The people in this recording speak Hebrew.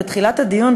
בתחילת הדיון,